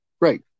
Right